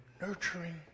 nurturing